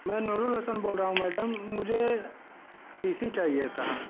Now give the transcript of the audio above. मैं नूर उल हसन बोल रहा हूँ मैडम मुझे टी सी चाहिए था